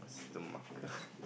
it's the marker